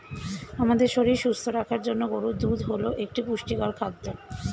আমাদের শরীর সুস্থ রাখার জন্য গরুর দুধ হল একটি পুষ্টিকর খাদ্য